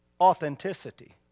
authenticity